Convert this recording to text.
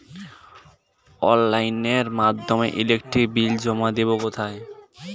অফলাইনে এর মাধ্যমে ইলেকট্রিক বিল জমা দেবো কোথায়?